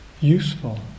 useful